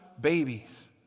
babies